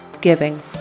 giving